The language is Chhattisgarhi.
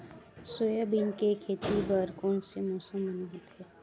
सोयाबीन के खेती बर कोन से मौसम बने होथे?